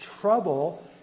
trouble